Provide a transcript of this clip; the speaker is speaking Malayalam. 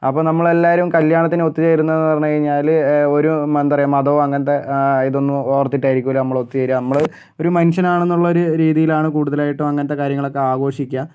അപ്പം നമ്മളെല്ലാവരും കല്യാണത്തിനൊത്തു ചേരുന്നതെന്നു പറഞ്ഞു കഴിഞ്ഞാല് ഒരു എന്താ പറയുക മതമോ അങ്ങനത്തെ ഇതൊന്നും ഓർത്തിട്ടായിരിക്കുകയല്ല നമ്മള് ഒത്തു ചേരുക നമ്മള് ഒരു മനുഷ്യനാണെന്നുള്ള ഒരു രീതിയിലാണ് കൂടുതലായിട്ടും അങ്ങനത്തെ കാര്യങ്ങളൊക്കെ ആഘോഷിക്കുക